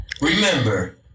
Remember